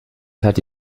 hatte